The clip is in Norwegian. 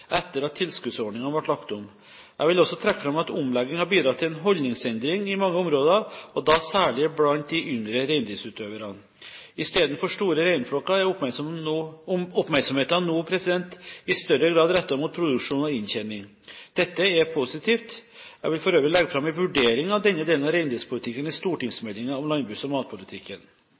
etter at tilskuddsordningene ble lagt om. Jeg vil også trekke fram at omleggingen har bidratt til en holdningsendring i mange områder, og da særlig blant de yngre reindriftsutøverne. Istedenfor store reinflokker er oppmerksomheten nå i større grad rettet mot produksjon og inntjening. Dette er positivt. Jeg vil for øvrig legge fram en vurdering av denne delen av reindriftspolitikken i stortingsmeldingen om landbruks- og matpolitikken.